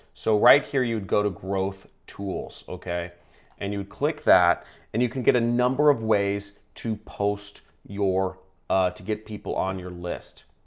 so, right here you would go to growth tools okay and you would click that and you can get a number of ways to post your to get people on your list.